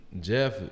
Jeff